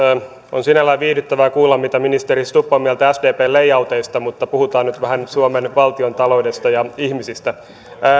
on sinällään viihdyttävää kuulla mitä mieltä ministeri stubb on sdpn layouteista mutta puhutaan nyt vähän suomen valtiontaloudesta ja ihmisistä